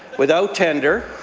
without tender,